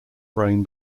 brain